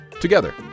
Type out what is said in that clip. together